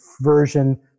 version